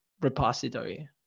repository